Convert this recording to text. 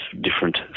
different